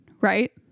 right